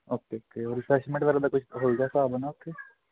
okay okay ਔਰ refreshment ਵਗੈਰਾ ਦਾ ਕੋਈ ਹੋਏਗਾ ਹਿਸਾਬ ਹੈ ਨਾ ਉੱਥੇ